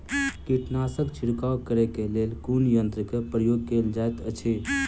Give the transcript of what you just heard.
कीटनासक छिड़काव करे केँ लेल कुन यंत्र केँ प्रयोग कैल जाइत अछि?